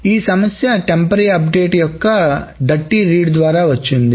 ఈ సమస్య temporary update యొక్క డర్టీ రీడ్ ద్వారా వచ్చింది